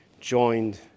joined